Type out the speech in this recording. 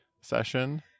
session